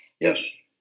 Yes